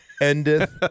Endeth